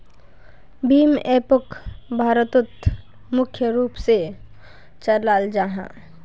भीम एपोक भारतोत मुख्य रूप से चलाल जाहा